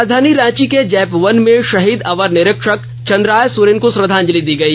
राजधानी रांची के JAP one में शहीद अवर निरीक्षक चंद्राय सोरेन को श्रद्धांजलि दी गई